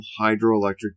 hydroelectric